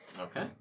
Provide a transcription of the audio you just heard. Okay